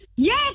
Yes